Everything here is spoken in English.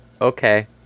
okay